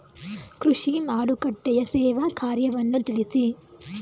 ಕೃಷಿ ಮಾರುಕಟ್ಟೆಯ ಸೇವಾ ಕಾರ್ಯವನ್ನು ತಿಳಿಸಿ?